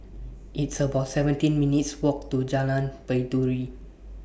It's about seventeen minutes' Walk to Jalan Baiduri